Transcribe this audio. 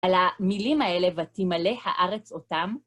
על המילים האלה, ותמלא הארץ אותם.